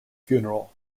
funeral